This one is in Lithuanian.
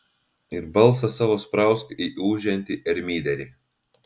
ir balsą savo sprausk į ūžiantį ermyderį